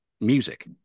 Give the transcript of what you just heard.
music